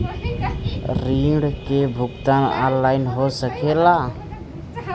ऋण के भुगतान ऑनलाइन हो सकेला?